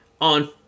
on